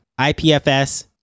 IPFS